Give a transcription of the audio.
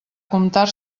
comptar